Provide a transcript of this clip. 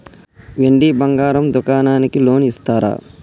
వెండి బంగారం దుకాణానికి లోన్ ఇస్తారా?